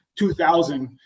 2000